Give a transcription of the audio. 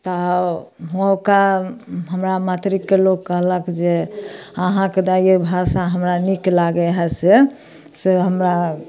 तऽ ओ होकर हमरा मातरिकके लोक कहलक जे आहाँके दाइ यै भाषा हमरा नीक लगै है से से हमरा